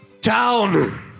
town